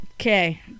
Okay